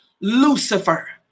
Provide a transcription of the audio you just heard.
Lucifer